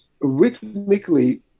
rhythmically